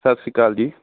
ਸਤਿ ਸ਼੍ਰੀ ਅਕਾਲ ਜੀ